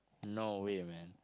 no way man